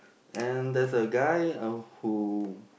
and there's a guy uh who